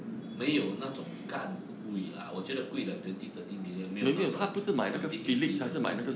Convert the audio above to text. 没有那种干贵 lah 我觉得贵 like twenty thirty million 没有那种 seventy eighty 的